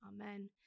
Amen